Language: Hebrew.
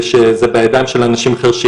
ושזה בידיים של אנשים חרשים.